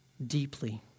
deeply